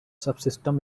subsystem